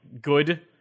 good